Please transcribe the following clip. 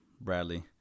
bradley